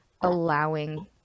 allowing